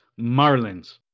Marlins